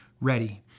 ready